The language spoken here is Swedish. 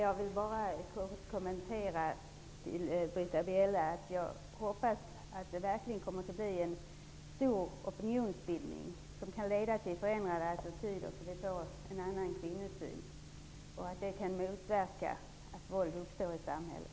Herr talman! Jag hoppas att det verkligen blir en stark opinion som leder till förändrade attityder, så att vi får en annan kvinnosyn. Vidare hoppas jag att detta kan motverka att våld uppstår i samhället.